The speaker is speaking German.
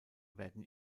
werden